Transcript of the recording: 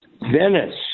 Venice